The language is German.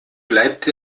bleibt